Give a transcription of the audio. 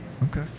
Okay